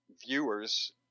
viewers